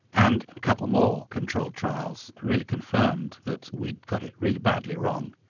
and a couple more controlled trials really confirmed that we'd got it really badly wrong.